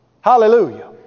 Hallelujah